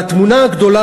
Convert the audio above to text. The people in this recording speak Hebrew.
והתמונה הגדולה,